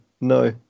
No